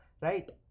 right